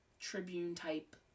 tribune-type